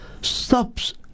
stops